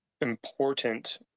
important